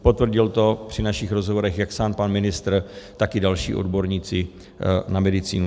Potvrdil to při našich rozhovorech jak sám pan ministr, tak i další odborníci na medicínu.